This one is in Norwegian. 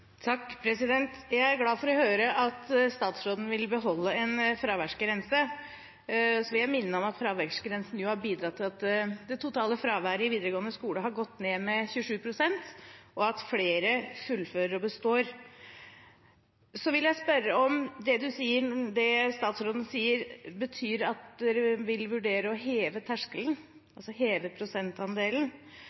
Jeg er glad for å høre at statsråden vil beholde en fraværsgrense. Så vil jeg minne om at fraværsgrensen har bidratt til at det totale fraværet i videregående skole har gått ned med 27 pst., og at flere fullfører og består. Så vil jeg spørre om det statsråden sier, betyr at man vil vurdere å heve terskelen, altså heve prosentandelen.